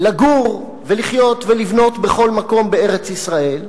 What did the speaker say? לגור ולחיות ולבנות בכל מקום בארץ-ישראל,